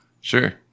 Sure